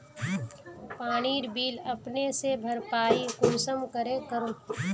पानीर बिल अपने से भरपाई कुंसम करे करूम?